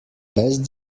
best